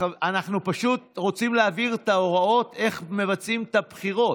אנחנו פשוט רוצים להבהיר את ההוראות איך מבצעים את הבחירות.